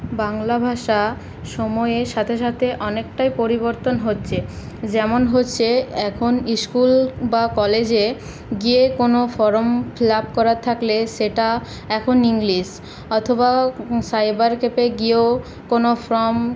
বাংলা ভাষা সময়ের সাথে সাথে অনেকটাই পরিবর্তন হচ্ছে যেমন হচ্ছে এখন স্কুল বা কলেজে গিয়ে কোন ফর্ম ফিল আপ করার থাকলে সেটা এখন ইংলিশ অথবা সাইবার ক্যাফে গিয়েও কোন ফর্ম